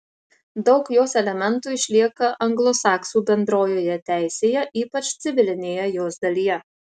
daug jos elementų išlieka anglosaksų bendrojoje teisėje ypač civilinėje jos dalyje